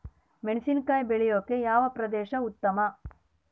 ಮೆಣಸಿನಕಾಯಿ ಬೆಳೆಯೊಕೆ ಯಾವ ಪ್ರದೇಶ ಉತ್ತಮ?